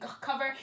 cover